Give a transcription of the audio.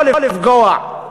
לא לפגוע,